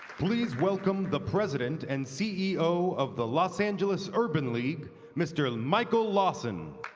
please welcome the president and ceo of the los angeles urban league mr. michael lawson.